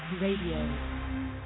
Radio